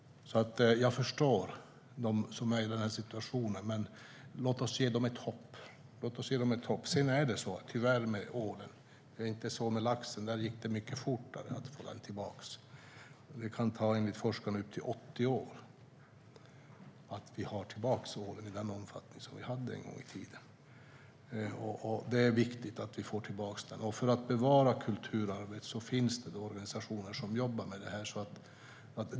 Jag förstår dem som befinner sig i denna situation. Låt oss ge dem ett hopp. Det gick fort att få tillbaka laxen. Men tyvärr kan det enligt forskarna ta upp till 80 år för ålen att komma tillbaka i den omfattning som fanns en gång i tiden. För att bevara kulturarvet finns organisationer som jobbar med frågan.